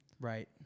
Right